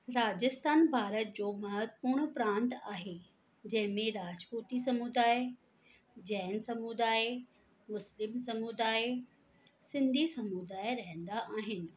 राजस्थान भारत जो महत्वपूर्ण प्रांत आहे जंहिं में राजपूती समुदाय जैन समुदाय मुस्लिम समुदाय सिंधी समुदाय रहंदा आहिनि